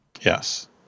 Yes